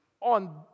on